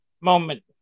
moment